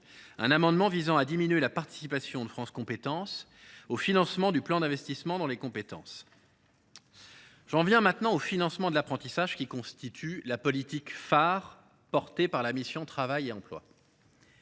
un amendement visant à diminuer la participation de France Compétences au financement du plan d’investissement dans les compétences (PIC). J’en viens maintenant au financement de l’apprentissage, qui constitue la politique phare de la mission « Travail et emploi